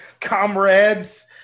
comrades